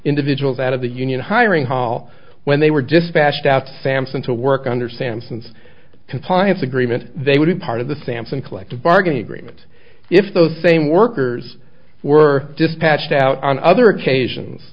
individuals out of the union hiring hall when they were dispatched out sampson to work under samson's compliance agreement they would be part of the sampson collective bargaining agreement if those same workers were dispatched out on other occasions